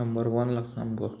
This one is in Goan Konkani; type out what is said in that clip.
नंबर वन लागता सामको